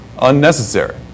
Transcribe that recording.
unnecessary